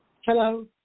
Hello